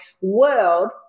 world